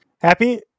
Happy